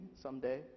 someday